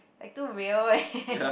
like too real eh